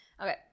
Okay